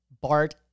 Bart